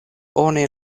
oni